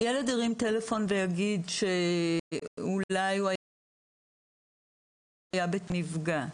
ילד ירים טלפון ויגיד שאולי הוא היה בטיול והוא חושב שהוא נפגע,